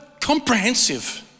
comprehensive